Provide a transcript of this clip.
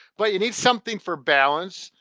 but you need something for balance.